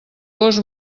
gos